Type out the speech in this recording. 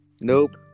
nope